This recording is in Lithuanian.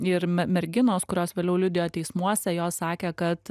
ir me merginos kurios vėliau liudijo teismuose jos sakė kad